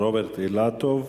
רוברט אילטוב.